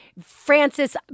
Francis